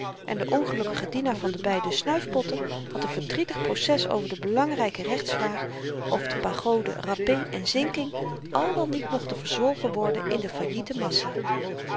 en de ongelukkige dienaar van de beide snuifpotten had n verdrietig proces over de belangryke rechtsvraag of de pagoden rappee en zinking al dan niet mochten verzwolgen worden in de faillite massa